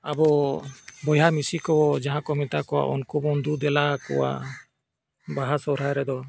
ᱟᱵᱚ ᱵᱚᱭᱦᱟ ᱢᱤᱥᱤ ᱠᱚ ᱡᱟᱦᱟᱸ ᱠᱚ ᱢᱮᱛᱟ ᱠᱚᱣᱟ ᱩᱱᱠᱩ ᱵᱚᱱ ᱫᱩ ᱫᱮᱞᱟ ᱟᱠᱚᱣᱟ ᱵᱟᱦᱟ ᱥᱚᱦᱚᱨᱟᱭ ᱨᱮᱫᱚ